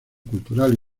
cultural